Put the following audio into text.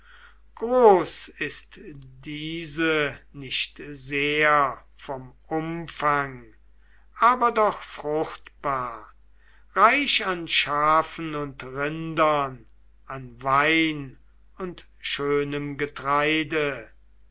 groß ist diese nicht sehr von umfang aber doch fruchtbar reich an schafen und rindern an wein und schönem getreide